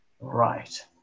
Right